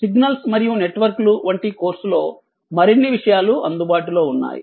signals మరియు నెట్వర్క్లు వంటి కోర్సులో మరిన్ని విషయాలు అందుబాటులో ఉన్నాయి